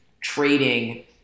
Trading